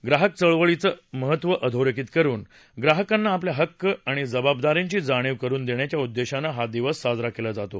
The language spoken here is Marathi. ग्राहक चळवळींचं महत्व अधोरेखित करून ग्राहकांना आपल्या हक्क आणि जबाबदाऱ्यांची जाणीव करून देण्याच्या उद्देशानं हा दिवस साजरा केला जातो